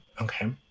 Okay